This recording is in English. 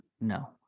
No